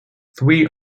three